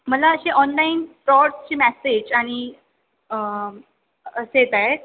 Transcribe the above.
मला असे ऑनलाईन फ्राॅड्सचे मॅसेज आणि येत आहेत